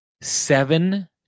seven